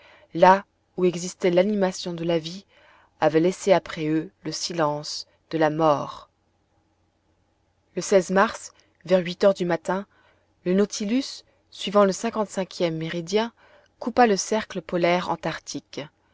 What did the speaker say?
là où existait l'animation de la vie avaient laissé après eux le silence de la mort le mars vers huit heures du matin le nautilus suivant le cinquante cinquième méridien coupa le cercle polaire antarctique